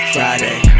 Friday